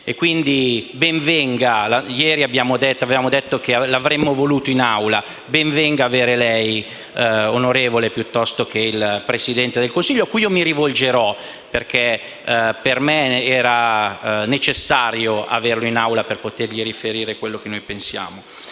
4 dicembre. Ieri avevamo detto che lo avremmo voluto in Aula; ben venga invece avere lei, onorevole, piuttosto che il Presidente del Consiglio, cui io mi rivolgerò. Per me era infatti necessario averlo in Aula per potergli riferire quello che noi pensiamo.